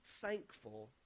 thankful